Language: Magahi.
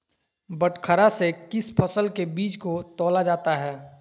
बटखरा से किस फसल के बीज को तौला जाता है?